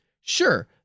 Sure